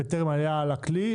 בטרם היה על הכלי,